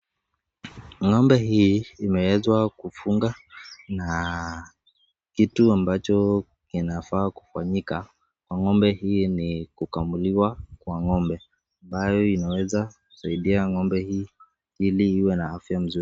Ng'ombe hii imeweza kufungwa na kitu ambacho kinafaa kufanyika. Ng'ombe hii ni kukamuliwa kwa ng'ombe ambayo inaweza kusaidia Ng'ombe hii hili iwe na afya nzuri.